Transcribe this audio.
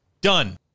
Done